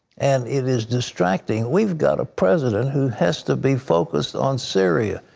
and it is distracting. we've got a president who has to be focused on syria,